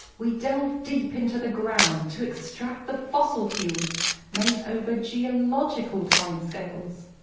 we delved deep into the ground to extract the fossil fuels made over geological timescales.